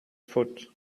foot